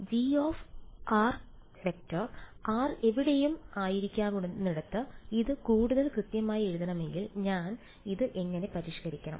അതിനാൽ Gr→ r എവിടെയും ആയിരിക്കാവുന്നിടത്ത് ഇത് കൂടുതൽ കൃത്യമായി എഴുതണമെങ്കിൽ ഞാൻ ഇത് എങ്ങനെ പരിഷ്കരിക്കണം